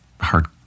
hard